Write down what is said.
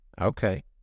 Okay